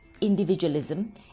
individualism